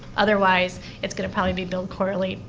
otherwise it's going to probably be billed quarterly.